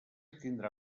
tindrà